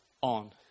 on